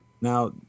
now